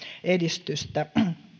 edistystä